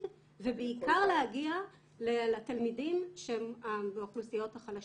ובעיקר להגיע לתלמידים מהאוכלוסיות החלשות.